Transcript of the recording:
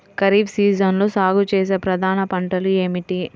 ఖరీఫ్ సీజన్లో సాగుచేసే ప్రధాన పంటలు ఏమిటీ?